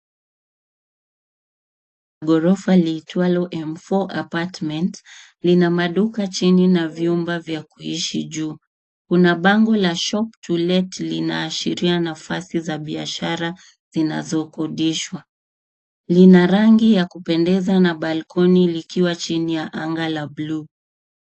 Ghorofa liitwalo Mfour apartment lina maduka chini na vyumba vya kuishi juu. Kuna bango la shop to-let linaashiria nafasi za biashara zinazokodishwa. Lina rangi ya kupendeza na balconi likiwa chini ya anga la buluu.